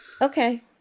Okay